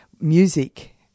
music